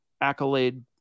accolade